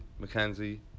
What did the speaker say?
McKenzie